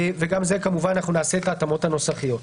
וגם זה נעשה את ההתאמות הנוסחיות.